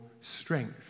strength